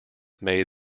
made